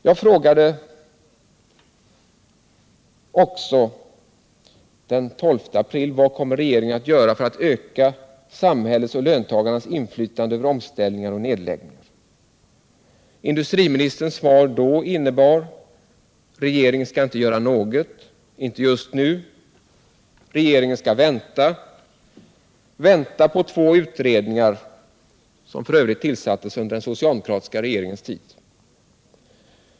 : Jag frågade också den 12 april: ”Vad kommer regeringen att göra för att öka samhällets och löntagarnas inflytande över omställningar och nedläggningar?” Industriministerns svar då innebar: Regeringen skall inte göra något, inte just nu. Regeringen skall vänta. Den skall vänta på två utredningar, som f. ö. tillsattes under den socialdemokratiska regeringens tid.